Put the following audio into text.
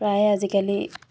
প্ৰায়ে আজিকালি